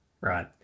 right